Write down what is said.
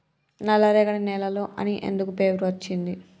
నల్లరేగడి నేలలు అని ఎందుకు పేరు అచ్చింది?